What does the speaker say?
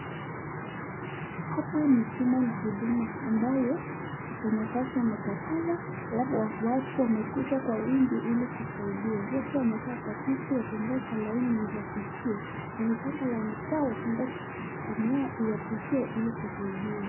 Hapa ni chumba la huduma ambayo wafanyikazi wakameka pale alafu watu wamekuja kwa wingi ili kusaidia wote wamekaa kwa viti wakingonjaa laini iwafikie wamepanga laini sawa wakingoja zamu yao iwafikie ili kusaidiwa.